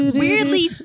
weirdly